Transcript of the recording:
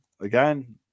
again